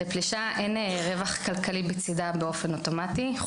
לפלישה אין רווח כלכלי בצידה באופן אוטומטי.